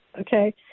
okay